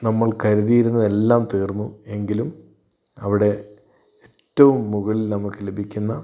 നമ്മൾ കരുതിയിരുന്നത് എല്ലാം തീർന്നു എങ്കിലും അവിടെ ഏറ്റവും മുകളിൽ നമുക്ക് ലഭിക്കുന്ന